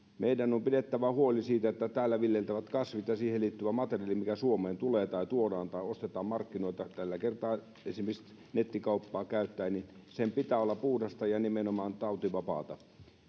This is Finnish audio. meidän on pidettävä huoli siitä että täällä viljeltävien kasvien ja ja niihin liittyvän materiaalin mikä suomeen tuodaan tai ostetaan markkinoilta tällä kertaa esimerkiksi nettikauppaa käyttäen pitää olla puhdasta ja nimenomaan tautivapaata